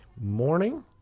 morning